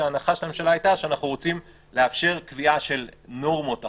שההנחה של הממשלה הייתה שאנחנו רוצים לאפשר קביעה של נורמות אחרות,